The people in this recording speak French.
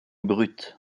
brute